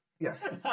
Yes